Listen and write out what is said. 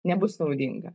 nebus naudinga